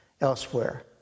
Elsewhere